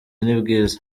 nibwiza